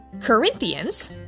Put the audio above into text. Corinthians